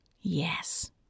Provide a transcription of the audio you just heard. Yes